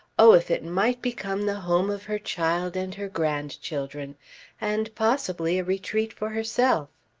oh if it might become the home of her child and her grandchildren and possibly a retreat for herself!